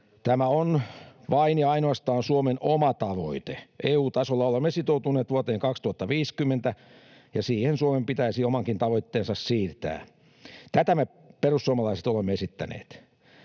Tämä on vain ja ainoastaan Suomen oma tavoite. EU-tasolla olemme sitoutuneet vuoteen 2050, ja siihen Suomen pitäisi omakin tavoitteensa siirtää. Tätä me perussuomalaiset olemme esittäneet.